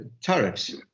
tariffs